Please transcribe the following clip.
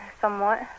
Somewhat